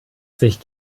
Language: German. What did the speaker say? sich